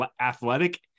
athletic